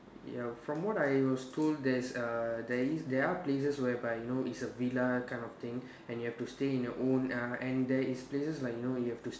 ya from what I was told there's uh there is there are places whereby you know is a villa kind of thing and you have to stay in your own uh and there is places like you know you have to st~